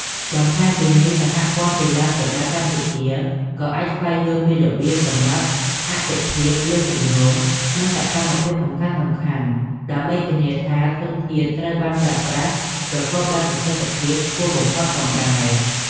បន្ថែមពីនេះ សហព័ន្ធកីឡាប្រដាល់កម្ពុជាក៏អាចស្វែងយល់ពីរបៀបកំណត់អាទិភាពលើគម្រោង និងសកម្មភាពសំខាន់ៗ ដើម្បីធានាថាធនធានត្រូវបានប្រើប្រាស់ប្រកបដោយប្រសិទ្ធភាពខ្ពស់បំផុតផងដែរ។